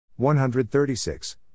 136